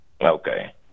Okay